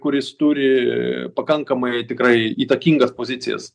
kuris turi pakankamai tikrai įtakingas pozicijas